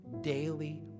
daily